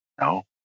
No